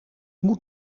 moet